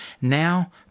now